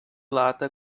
lata